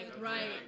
right